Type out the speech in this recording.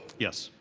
yes.